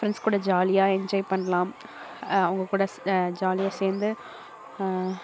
friends கூட ஜாலியாக enjoy பண்ணலாம் அவங்க கூட ஜாலியாக சேர்ந்து